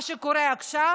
מה שקורה עכשיו,